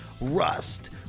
Rust